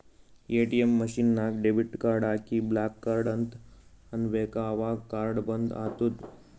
ATM machine ನಾಗ್ debit card ಹಾಕಿ block card ಅಂತ್ ಅನ್ಬೇಕ ಅವಗ್ ಕಾರ್ಡ ಬಂದ್ ಆತ್ತುದ್